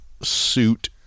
suit